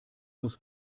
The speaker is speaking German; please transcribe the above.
muss